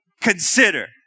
consider